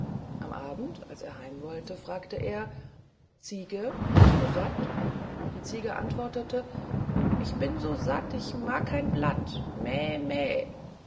am abend als er heim wollte fragte er ziege bist du satt die ziege antwortete ich bin so satt ich mag kein blatt meh meh